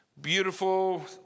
beautiful